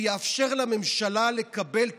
שיאפשר לממשלה לקבל תקנות,